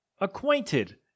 acquainted